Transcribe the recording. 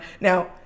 Now